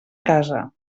casa